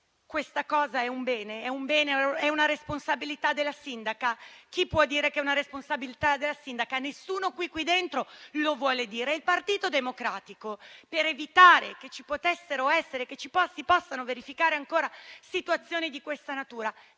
Questa cosa è una responsabilità della sindaca? Chi può dire che sia stata una responsabilità della sindaca? Nessuno qui dentro lo vuole dire e il Partito Democratico, proprio per evitare che si possano verificare ancora situazioni di questa natura,